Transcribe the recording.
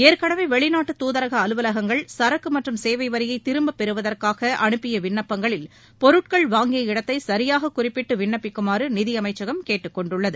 ஏற்கனவே வெளிநாட்டு தூதரக அலுவலங்கள் சரக்கு மற்றும் சேவை வரியை திரும்ப பெறுவதற்காக அனுப்பிய விண்ணப்பங்களில் பொருட்கள் வாங்கிய இடத்தை சசியாக குறிப்பிட்டு விண்ணப்பிக்குமாறு நிதியமைச்சகம் கேட்டுக்கொண்டுள்ளது